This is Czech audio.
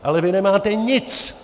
Ale vy nemáte nic.